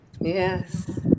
Yes